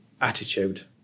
attitude